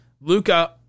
Luca